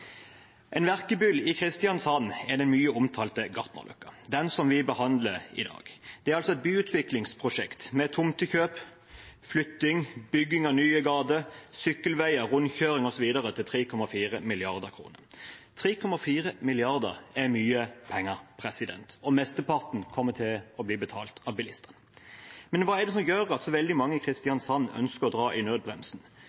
En verkebyll i Kristiansand er den mye omtalte Gartnerløkka, som vi behandler i dag. Det er altså et byutviklingsprosjekt, med tomtekjøp, flytting, bygging av nye gater, sykkelveier, rundkjøring osv., til 3,4 mrd. kr. Det er mye penger, og mesteparten kommer til å bli betalt av bilistene. Men hva er det som gjør at så veldig mange